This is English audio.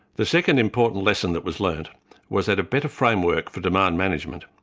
the second important lesson that was learned was that a better framework for demand management,